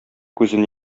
күзен